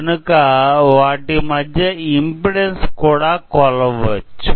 కనుక వాటి మధ్య ఇమ్పెడాన్సు ను కొలవవచ్చు